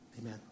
Amen